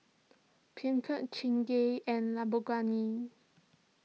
Peugeot Chingay and Lamborghini